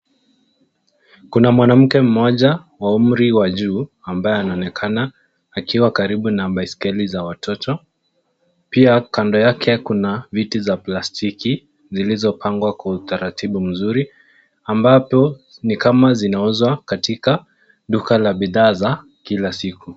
Kuna mwanamke mmoja wa umri wa juu ambaye anaonekana akiwa na baiskeli za watoto, pia kando yake kuna viti za plastiki zilizo pangwa kwa utaratibu mzuri ambapo nikama zinauzwa katika duka la bidhaa za kila siku.